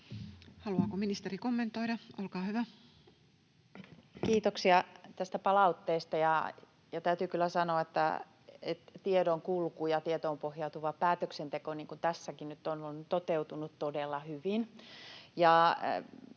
Haluaako ministeri kommentoida? — Olkaa hyvä. Kiitoksia tästä palautteesta. Täytyy kyllä sanoa, että tiedonkulku ja tietoon pohjautuva päätöksenteko, niin kuin tässäkin nyt, on toteutunut todella hyvin.